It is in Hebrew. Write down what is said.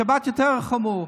שבת זה יותר חמור.